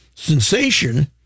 Sensation